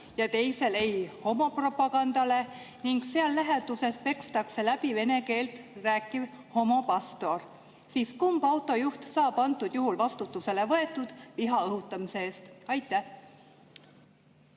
ja teisel "Ei homopropagandale" ning seal läheduses pekstakse läbi vene keelt rääkiv homopastor. Kumb autojuht võetakse sellisel juhul vastutusele viha õhutamise eest? Aitäh,